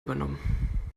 übernommen